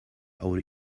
our